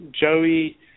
Joey